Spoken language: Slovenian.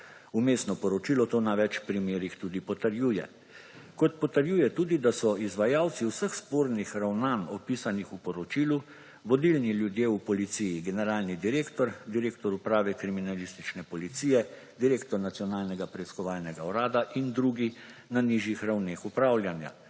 Vmesno poročilo to na več primerih tudi potrjuje. Kot potrjuje tudi, da so izvajalci vseh spornih ravnanj, opisanih v poročilu, vodilni ljudje v policiji – generalni direktor, direktor Uprave kriminalistične policije, direktor Nacionalnega preiskovalnega urada in drugi na nižjih ravneh upravljanja.